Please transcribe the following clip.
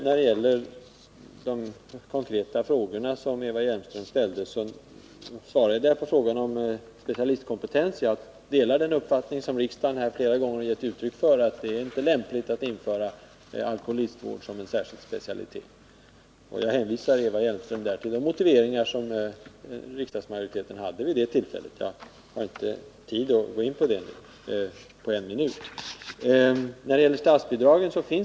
När det gäller de konkreta frågor som Eva Hjelmström ställde svarade jag på frågan om specialistkompetens att jag delar den uppfattning som riksdagen flera gånger har gett uttryck för, nämligen att det inte är lämpligt att införa alkoholistvård som en särskild specialitet. Jag hänvisar Eva Hjelmström till de motiveringar riksdagsmajoriteten vid det tillfället framförde. Eftersom jag bara har någon minut till mitt förfogande, har jag inte tid att gå in på den saken nu.